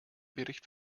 bericht